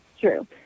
true